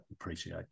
appreciate